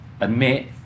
admit